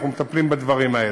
אנחנו מטפלים בדברים האלה.